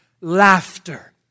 Laughter